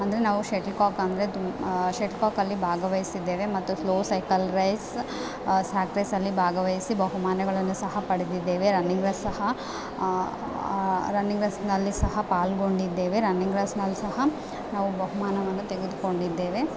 ಅಂದರೆ ನಾವು ಶೆಟ್ಲ್ಕೊಕ್ ಅಂದರೆ ತು ಶೆಟ್ಲ್ಕೊಕಲ್ಲಿ ಭಾಗವಹಿಸಿದ್ದೇವೆ ಮತ್ತು ಸ್ಲೋ ಸೈಕಲ್ ರೇಸ್ ಸ್ಯಾಕ್ ರೇಸಲ್ಲಿ ಭಾಗವಹಿಸಿ ಬಹುಮಾನಗಳನ್ನು ಸಹ ಪಡೆದಿದ್ದೇವೆ ರನ್ನಿಂಗ್ ರೇಸ್ ಸಹ ರನ್ನಿಂಗ್ ರೇಸ್ನಲ್ಲಿ ಸಹ ಪಾಲ್ಗೊಂಡಿದ್ದೇವೆ ರನ್ನಿಂಗ್ ರೇಸ್ನಲ್ಲಿ ಸಹ ನಾವು ಬಹುಮಾನವನ್ನು ತೆಗೆದುಕೊಂಡಿದ್ದೇವೆ